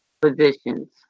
positions